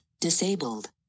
disabled